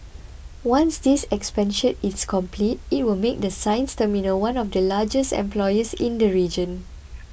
once this expansion is complete it will make the sines terminal one of the largest employers in the region